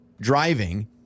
driving